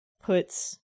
puts